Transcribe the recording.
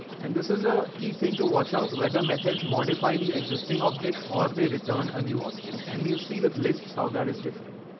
and this is a key thing to watch out whether methods modify the existing object or they return a new object. and we'll see with lists how that is different.